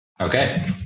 Okay